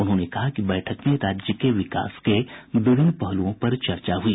उन्होंने कहा कि बैठक में राज्य के विकास के विभिन्न पहलुओं पर चर्चा हुई